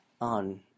on